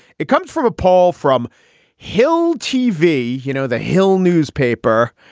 it comes from a poll from hill tv you know the hill newspaper.